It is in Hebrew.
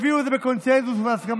הביאו את זה בקונסנזוס ובהסכמה.